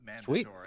Sweet